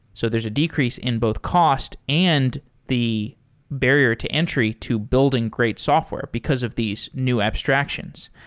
so there's a decrease in both cost and the barrier to entry to building great software because of these new abstractions.